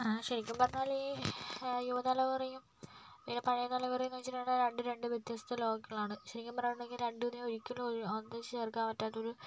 ശെരിക്കും പറഞ്ഞാല് ഈ യുവതലമുറയും പിന്നെ പഴയെ തലമുറയും രണ്ടും വ്യത്യസ്ത ലോകങ്ങളാണ് ശെരിക്കും പറഞ്ഞിട്ടുണ്ടെങ്കിൽ രണ്ടിനെയും ഒരിക്കലും ഒരു ഒന്നിച്ച് ചേർക്കാൻ പറ്റാത്തൊരു